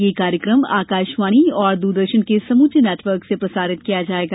यह कार्यक्रम आकाशवाणी और दूरदर्शन के समूचे नेटवर्क से प्रसारित किया जाएगा